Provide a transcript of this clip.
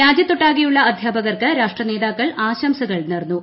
രാജ്യത്തൊട്ടാകെയുള്ള അധ്യാപകർക്ക് രാഷ്ട്രനേതാക്കൾ ആശംസകൾ നേർന്നു